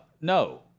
No